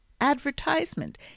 advertisement